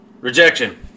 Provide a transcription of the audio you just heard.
Rejection